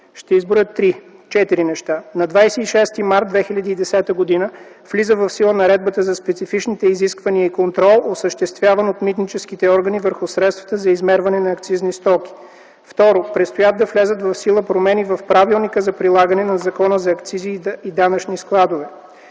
Ще изброя 3-4 неща. На 26 март 2010 г. влиза в сила Наредбата за специфичните изисквания и контрол, осъществяван от митническите органи върху средствата за измерване на акцизни стоки. Второ, предстоят да влязат в сила промени в Правилника за прилагане на Закона за акцизи и данъчни складове.